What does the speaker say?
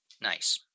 Nice